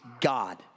God